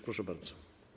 Proszę bardzo.